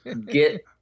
get